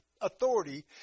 authority